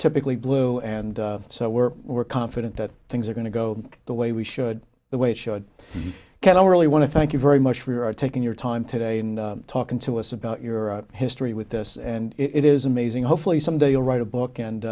typically blue and so we're we're confident that things are going to go the way we should the way it should can i really want to thank you very much for taking your time today and talking to us about your history with this and it is amazing hopefully someday you'll write a book and